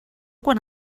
quan